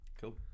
Cool